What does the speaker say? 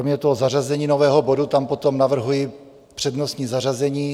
Kromě zařazení nového bodu tam potom navrhuji přednostní zařazení.